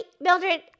Mildred